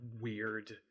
Weird